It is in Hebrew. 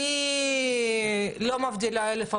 אני לא מבדילה אלף הבדלות.